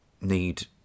need